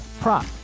prop